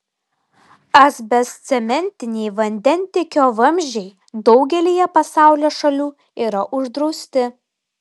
asbestcementiniai vandentiekio vamzdžiai daugelyje pasaulio šalių yra uždrausti